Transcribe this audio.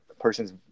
person's